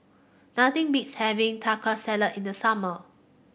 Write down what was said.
nothing beats having Taco Salad in the summer